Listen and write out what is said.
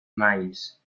miles